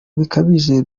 bikabije